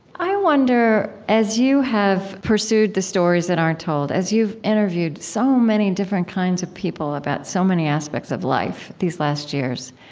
i wonder as you have pursued the stories that aren't told, as you've interviewed so many different kinds of people about so many aspects of life these last years,